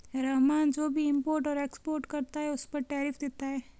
रहमान जो भी इम्पोर्ट और एक्सपोर्ट करता है उस पर टैरिफ देता है